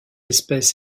espèce